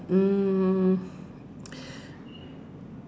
mm